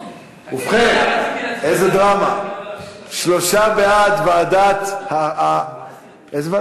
ובכן, איזה דרמה, שלושה בעד ועדת החינוך,